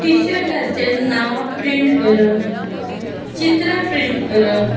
टिशर्टाचेर नांवां प्रिंट करप चित्रां प्रिंट करप